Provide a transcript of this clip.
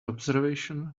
observation